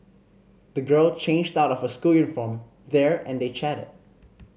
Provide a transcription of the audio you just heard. the girl changed out of her school uniform there and they chatted